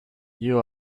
you